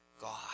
God